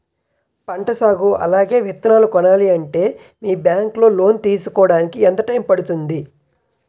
పంట సాగు అలాగే విత్తనాలు కొనాలి అంటే మీ బ్యాంక్ లో లోన్ తీసుకోడానికి ఎంత టైం పడుతుంది?